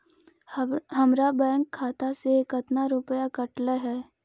हमरा बैंक खाता से कतना रूपैया कटले है?